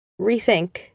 rethink